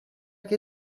che